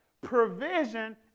Provision